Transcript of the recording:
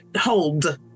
Hold